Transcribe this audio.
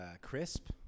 crisp